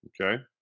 okay